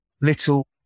little